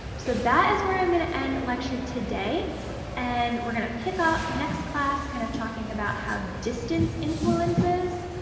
so, that is where i'm going to end lecture today and we're gonna pick up next class kind of talking about how distance influences